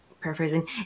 paraphrasing